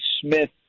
Smith